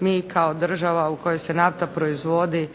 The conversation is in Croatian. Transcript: mi kao država u kojoj se nafta proizvodi